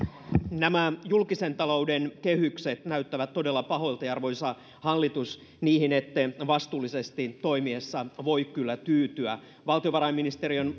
nämä julkisen talouden kehykset näyttävät todella pahoilta ja arvoisa hallitus niihin ette vastuullisesti toimiessa voi kyllä tyytyä valtiovarainministeriön